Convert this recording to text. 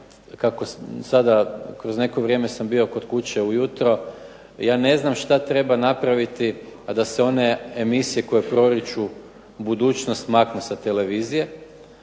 Kako sada kroz neko vrijeme sam bio kod kuće ujutro. Ja ne znam šta treba napraviti a da se one komisije koje proriču budućnost maknu sa televizije.